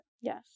Yes